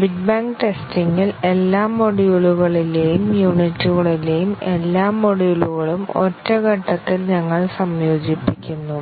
big bang testing ഇൽ എല്ലാ മൊഡ്യൂളുകളിലേയും യൂണിറ്റുകളിലേയും എല്ലാ മൊഡ്യൂളുകളും ഒറ്റ ഘട്ടത്തിൽ ഞങ്ങൾ സംയോജിപ്പിക്കുന്നു